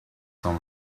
sont